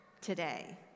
today